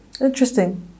Interesting